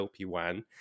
LP1